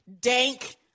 dank